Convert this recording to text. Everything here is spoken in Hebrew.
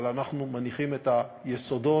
אבל אנחנו מניחים את היסודות.